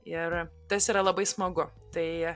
ir tas yra labai smagu tai